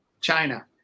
China